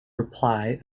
reply